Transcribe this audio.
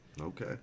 Okay